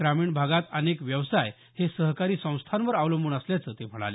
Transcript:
ग्रामीण भागात अनेक व्यवसाय हे सहकारी संस्थांवर अवलंबून असल्याचं ते म्हणाले